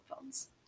phones